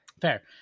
fair